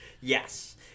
Yes